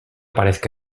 parezca